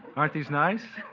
aren't these nice?